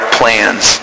plans